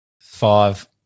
five